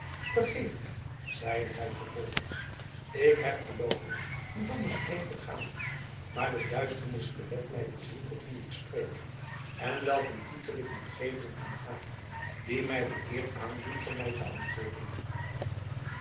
vergeef mij zeide hij vervolgens ik heb geloof ik een dommen streek begaan maar de duisternis belet mij te zien tot wie ik spreek en welk een titel ik moet geven aan haar die mij de eer aandoet van mij te antwoorden